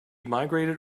migrated